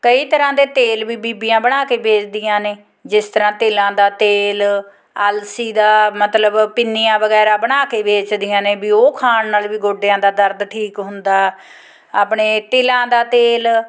ਕਈ ਤਰ੍ਹਾਂ ਦੇ ਤੇਲ ਵੀ ਬੀਬੀਆਂ ਬਣਾ ਕੇ ਵੇਚਦੀਆਂ ਨੇ ਜਿਸ ਤਰ੍ਹਾਂ ਤਿਲਾਂ ਦਾ ਤੇਲ ਅਲਸੀ ਦਾ ਮਤਲਬ ਪਿੰਨੀਆਂ ਵਗੈਰਾ ਬਣਾ ਕੇ ਵੇਚਦੀਆਂ ਨੇ ਵੀ ਉਹ ਖਾਣ ਨਾਲ ਵੀ ਗੋਡਿਆਂ ਦਾ ਦਰਦ ਠੀਕ ਹੁੰਦਾ ਆਪਣੇ ਤਿਲਾਂ ਦਾ ਤੇਲ